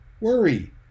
worry